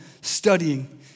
studying